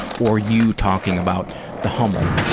or you talking about the hummel,